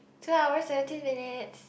two hours seventeen minutes